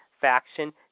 faction